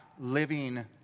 living